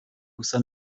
gusa